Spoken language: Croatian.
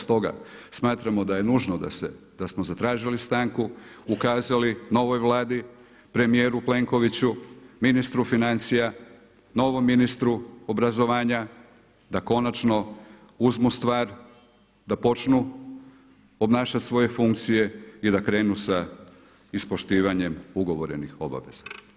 Stoga smatramo da je nužno da smo zatražili stanku, ukazali novoj Vladi, premijeru Plenkoviću, ministru financija, novom ministru obrazovanja da konačno uzmu stvar, da počnu obnašati svoje funkcije i da krenu sa ispoštivanjem ugovorenih obaveza.